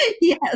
Yes